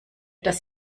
dass